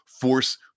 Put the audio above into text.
force